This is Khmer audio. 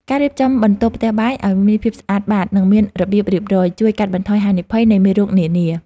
ការរៀបចំបន្ទប់ផ្ទះបាយឱ្យមានភាពស្អាតបាតនិងមានរបៀបរៀបរយ ជួយកាត់បន្ថយហានិភ័យនៃមេរោគនានា។